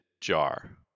jar